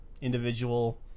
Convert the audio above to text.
individual